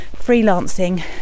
freelancing